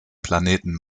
planeten